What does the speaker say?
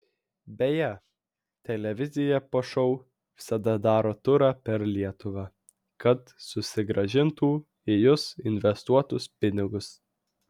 beje televizija po šou visada daro turą per lietuvą kad susigrąžintų į jus investuotus pinigus